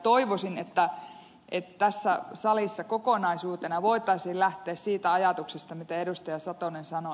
toivoisin että tässä salissa kokonaisuutena voitaisiin lähteä siitä ajatuksesta mitä ed